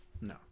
No